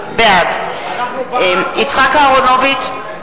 בעד יצחק אהרונוביץ,